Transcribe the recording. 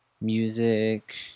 Music